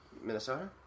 Minnesota